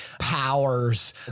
powers